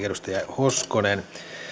edustaja hoskonen